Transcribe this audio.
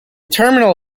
terminal